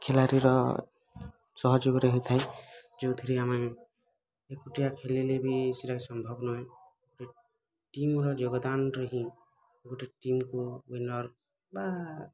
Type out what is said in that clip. ଖିଲାଡ଼ିର ସହଯୋଗରେ ହେଇଥାଏ ଯେଉଁଥିରେ ଆମେ ଏକୁଟିଆ ଖେଳିଲେ ବି ସେଇଟା ସମ୍ଭବ ନୁହେଁ ଟିମ୍ର ଯୋଗ ଦାନ ର ହିଁ ଗୋଟେ ଟିମ୍କୁ ୱିନର୍ ବା